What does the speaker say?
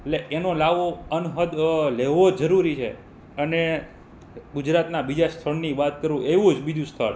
એટલે એનો લ્હાવો અનહદ લેવો જરૂરી છે અને ગુજરાતનાં બીજાં સ્થળની વાત કરું એવું જ બીજું સ્થળ